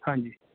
ਹਾਂਜੀ